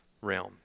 realm